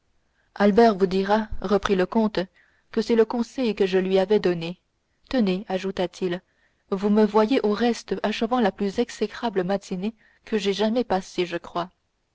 albert vous dira reprit le comte que c'est le conseil que je lui avais donné tenez ajouta-t-il vous me voyez au reste achevant la plus exécrable matinée que j'aie jamais passée je crois